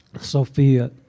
Sophia